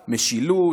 משילות.